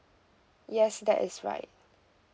yes that is right